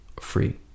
free